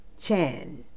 Chan